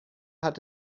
hat